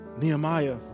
Nehemiah